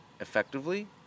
effectively